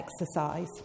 exercise